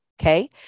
okay